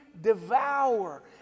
devour